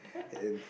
and